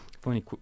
Funny